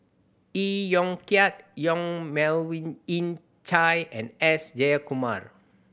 Iee Yong Kiat Yong Melvin Yik Chye and S Jayakumar